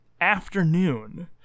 Afternoon